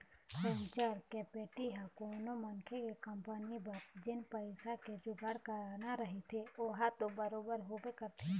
venture capital ह कोनो मनखे के कंपनी बर जेन पइसा के जुगाड़ कराना रहिथे ओहा तो बरोबर होबे करथे